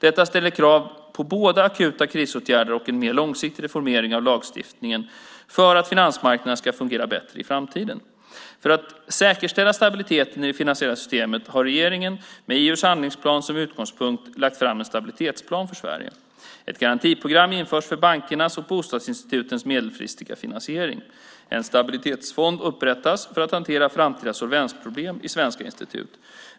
Detta ställer krav på både akuta krisåtgärder och en mer långsiktig reformering av lagstiftningen för att finansmarknaderna ska fungera bättre i framtiden. För att säkerställa stabiliteten i det finansiella systemet har regeringen, med EU:s handlingsplan som utgångspunkt, lagt fram en stabilitetsplan för Sverige. Ett garantiprogram införs för bankernas och bostadsinstitutens medelfristiga finansiering. En stabilitetsfond upprättas för att hantera framtida solvensproblem i svenska institut.